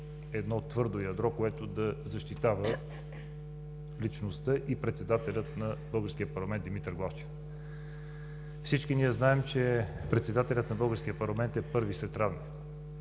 едно твърдо ядро, което да защитава личността и председателя на българския парламент Димитър Главчев. Всички ние знаем, че председателят на българския парламент е първи сред равни,